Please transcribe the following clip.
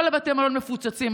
כל בתי המלון מפוצצים,